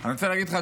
אני רוצה להגיד לך,